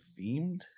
themed